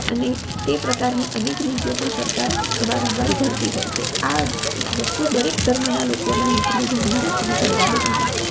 અને તે પ્રકારની અનેક નીતિઓ પણ સરકાર વારંવાર ઘડતી હોય છે આ વસ્તુ દરેક ધર્મના લોકોના હિતને ધ્યાનમાં રાખીને ઘડવામાં આવે છે